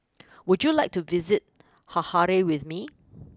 would you like to visit Harare with me